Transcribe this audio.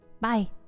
Bye